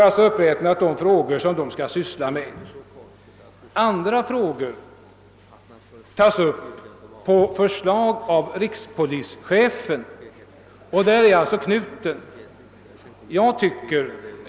Andra frågor däremot tas upp på förslag av rikspolischefen, och däri ligger just knuten.